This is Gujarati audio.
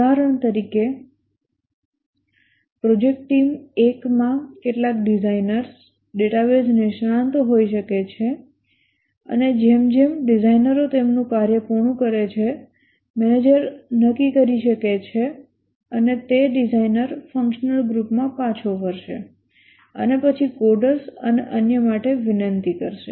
ઉદાહરણ તરીકે પ્રોજેક્ટ ટીમ 1 માં કેટલાક ડિઝાઇનર્સ ડેટાબેઝ નિષ્ણાતો હોઈ શકે છે અને જેમ જેમ ડિઝાઇનરો તેમનું કાર્ય પૂર્ણ કરે છે મેનેજર નક્કી કરી શકે છે અને તે ડિઝાઇનર ફંક્શનલ ગ્રુપમાં પાછો ફરશે અને પછી કોડર્સ અને અન્ય માટે વિનંતી કરશે